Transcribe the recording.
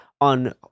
on